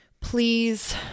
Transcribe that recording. please